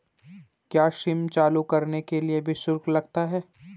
क्या सिम चालू कराने के लिए भी शुल्क लगता है?